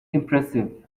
impressive